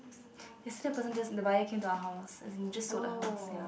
yesterday the person just the buyer came to our house as in just sold the house